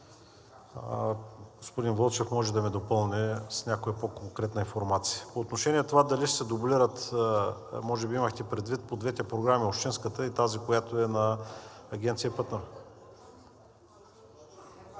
господин Вълчев може да ме допълни с някоя по-конкретна информация: По отношение на това дали ще се дублират – може би имахте предвид по двете програми – общинската и тази, която е на Агенция „Пътна